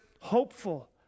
hopeful